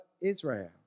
Israel